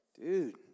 dude